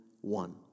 one